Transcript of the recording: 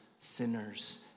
sinners